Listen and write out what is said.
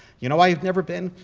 you know why you've never been?